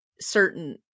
certain